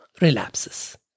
relapses